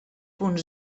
punt